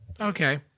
okay